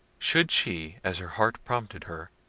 should she, as her heart prompted her,